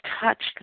touched